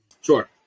Sure